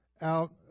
out